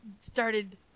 started